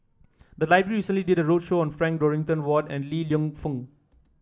the library recently did a roadshow on Frank Dorrington Ward and Li Lienfung